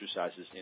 exercises